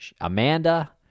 Amanda